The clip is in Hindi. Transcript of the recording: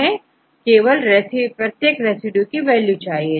हमें केवल प्रत्येक रेसिड्यू के लिए एक वैल्यू चाहिए